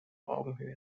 augenhöhe